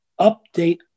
update